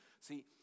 See